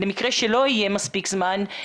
למקרה שלא יהיה מספיק זמן,